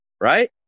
Right